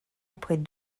après